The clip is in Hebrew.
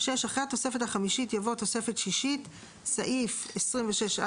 "(6) אחרי התוספת החמישית יבוא: "תוספת שישית )סעיף 26(א3)(4))